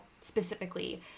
specifically